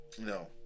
No